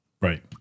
Right